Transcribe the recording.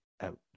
out